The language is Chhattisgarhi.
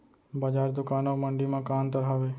बजार, दुकान अऊ मंडी मा का अंतर हावे?